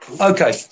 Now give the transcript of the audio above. Okay